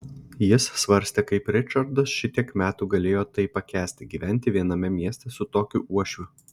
jis svarstė kaip ričardas šitiek metų galėjo tai pakęsti gyventi viename mieste su tokiu uošviu